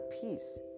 peace